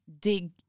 dig